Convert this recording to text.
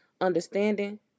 understanding